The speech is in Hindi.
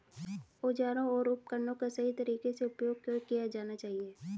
औजारों और उपकरणों का सही तरीके से उपयोग क्यों किया जाना चाहिए?